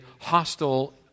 hostile